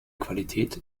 qualität